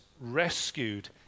rescued